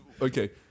Okay